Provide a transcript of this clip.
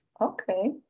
Okay